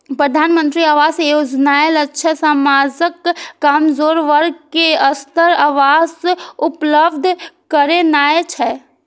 प्रधानमंत्री आवास योजनाक लक्ष्य समाजक कमजोर वर्ग कें सस्ता आवास उपलब्ध करेनाय छै